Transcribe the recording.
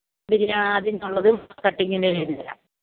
അതില്ല അതിനുള്ളത് കട്ടിങ്ങിന്റെതിന് എഴുതി തരാം